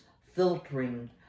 filtering